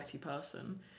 person